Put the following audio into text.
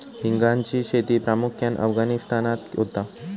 हिंगाची शेती प्रामुख्यान अफगाणिस्तानात होता